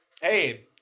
Hey